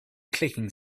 clicking